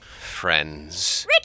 friends